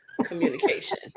communication